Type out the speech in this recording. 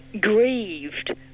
grieved